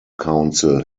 council